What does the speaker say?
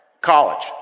College